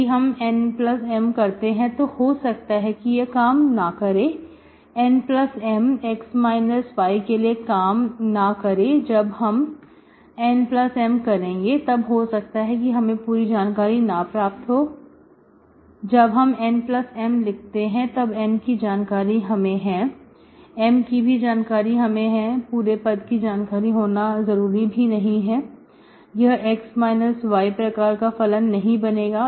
यदि हम N M करते हैं तो हो सकता है कि यह काम ना करें NM x y के लिए काम ना करें जब हम NM करेंगे तब तो हो सकता है कि हमें पूरी जानकारी ना प्राप्त हो जब हम NM लिखते हैं तब N की जानकारी हमें है M की भी जानकारी हमें है पूरे पद की जानकारी होना जरूरी भी नहीं है यह x y प्रकार का फलन नहीं बनेगा